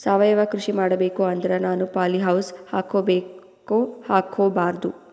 ಸಾವಯವ ಕೃಷಿ ಮಾಡಬೇಕು ಅಂದ್ರ ನಾನು ಪಾಲಿಹೌಸ್ ಹಾಕೋಬೇಕೊ ಹಾಕ್ಕೋಬಾರ್ದು?